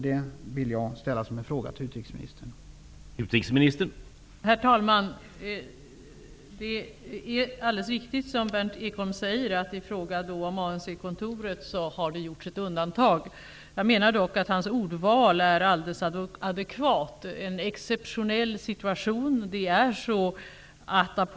Jag vill ställa en fråga till utrikesministern om det.